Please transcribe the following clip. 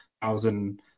thousand